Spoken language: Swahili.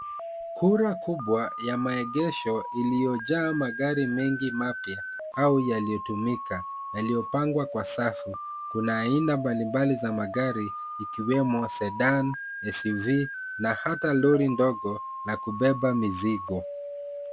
Kura kubwa ya maegesho iliyojaa magari mengi mapya, au yaliyotumika, yaliyopangwa kwa safu. Kunaa aina mbalimbali za magari ikiwemo Sedan, SUV, na hata lori ndogo la kubeba mizigo.